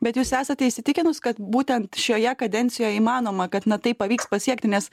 bet jūs esate įsitikinus kad būtent šioje kadencijoj įmanoma kad na tai pavyks pasiekti nes